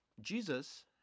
Jesus